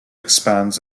expands